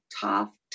tough